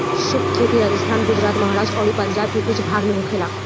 शुष्क खेती राजस्थान, गुजरात, महाराष्ट्र अउरी पंजाब के कुछ भाग में होखेला